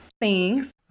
Thanks